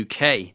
UK